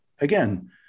again